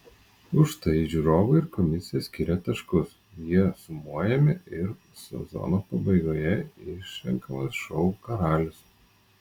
už tai žiūrovai ir komisija skiria taškus jie sumojami ir sezono pabaigoje išrenkamas šou karalius